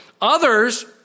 Others